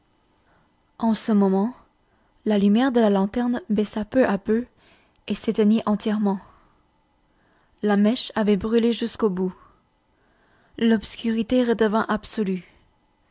en ce moment la lumière de la lanterne baissa peu à peu et s'éteignit entièrement la mèche avait brûlé jusqu'au bout l'obscurité redevint absolue